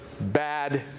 bad